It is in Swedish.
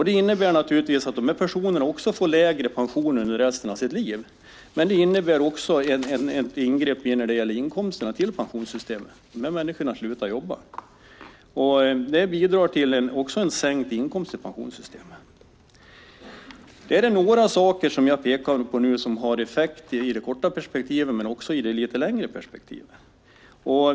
Det innebär naturligtvis att de får lägre pension under resten av livet. Men det innebär också ett ingrepp när det gäller inkomsterna till pensionssystemet när de här människorna slutar jobba. Det bidrar till en sänkt inkomst i pensionssystemet. Det är några saker som har effekt i det korta perspektivet men också i det lite längre perspektivet.